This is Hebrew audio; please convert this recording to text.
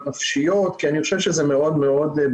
הנפשיות כי אני חושב שזה מאוד ברור.